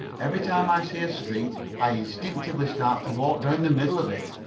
every time i see a street i instinctively start to walk down the middle of it.